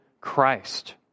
Christ